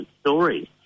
stories